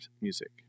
music